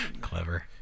Clever